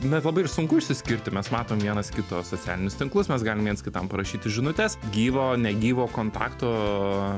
net labai ir sunku išsiskirti mes matom vienas kito socialinius tinklus mes galim viens kitam parašyti žinutes gyvo negyvo kontakto